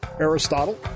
Aristotle